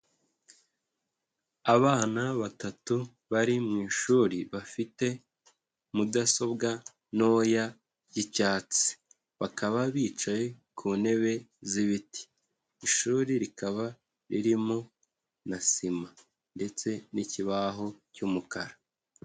Abana batatu bari mu ishuri bafite mudasobwa ntoya y'icyatsi, bakaba bicaye ku ntebe z'ibiti, ishuri rikaba ririmo na sima ndetse n'ikibaho cy'umukara.